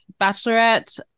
Bachelorette